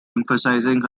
emphasizing